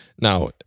now